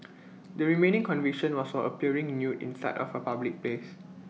the remaining conviction was appearing nude in sight of A public place